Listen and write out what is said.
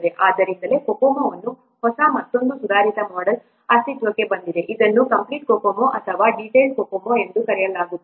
ಆದ್ದರಿಂದಲೇ COCOMO ದ ಹೊಸ ಮತ್ತೊಂದು ಸುಧಾರಿತ ಮೊಡೆಲ್ ಅಸ್ತಿತ್ವಕ್ಕೆ ಬಂದಿದೆ ಇದನ್ನು ಕಂಪ್ಲೀಟ್ COCOMO ಅಥವಾ ಡೀಟೈಲ್ಡ್ COCOMO ಎಂದು ಕರೆಯಲಾಗುತ್ತದೆ